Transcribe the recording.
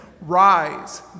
Rise